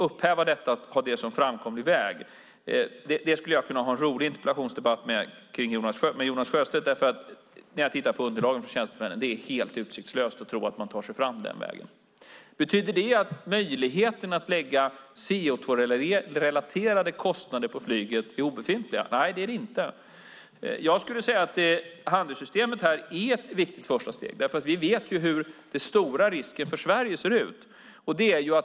Om detta som framkomlig väg skulle jag kunna ha en rolig interpellationsdebatt med Jonas Sjöstedt. Det är helt utsiktslöst, enligt det underlag jag har fått från tjänstemännen, att tro att man tar sig fram den vägen. Betyder det att möjligheterna att lägga CO2-relaterade kostnader på flyget är obefintliga? Nej, det är de inte. Jag skulle säga att handelssystemet är ett viktigt första steg. Vi vet hur det ser ut för Sverige.